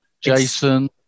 Jason